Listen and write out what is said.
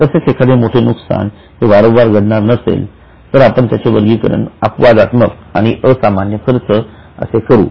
तसेच एखादे मोठे नुकसान हे वारंवार घडणार नसेल तर आपण त्याचे वर्गीकरण अपवादात्मक आणि असामान्य खर्च असे करू